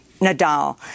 Nadal